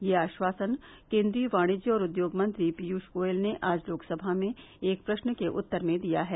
यह आश्वासन केंद्रीय वाणिज्य और उद्योग मंत्री पीयूष गोयल ने आज लोकसभा में एक प्रश्न के उत्तर में दिया है